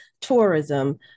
tourism